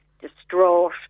distraught